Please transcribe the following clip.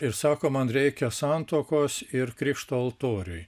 ir sako man reikia santuokos ir krikšto altoriuj